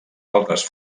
altres